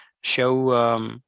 show